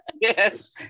Yes